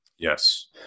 Yes